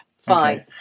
fine